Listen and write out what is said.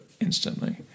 instantly